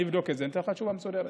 אני אבדוק את זה ואתן לך תשובה מסודרת.